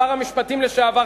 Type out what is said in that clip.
שר המשפטים לשעבר,